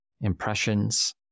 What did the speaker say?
impressions